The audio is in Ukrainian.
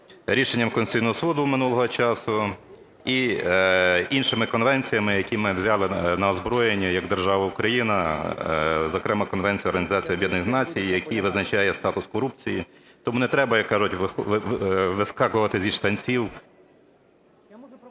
рішенням Конституційного Суду минулого часу, і іншими конвенціями, які ми взяли на озброєння як держава Україна, зокрема Конвенція Організації Об'єднаних Націй, який визначає статус корупції, тому не треба, як кажуть, вискакувати зі штанців.